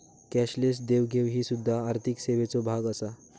cashless देवघेव ही सुध्दा आर्थिक सेवेचो भाग आसा